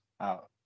out